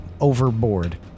overboard